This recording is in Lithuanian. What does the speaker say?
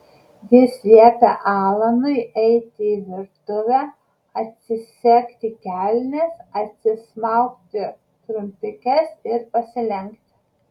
jis liepė alanui eiti į virtuvę atsisegti kelnes atsismaukti trumpikes ir pasilenkti